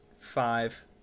five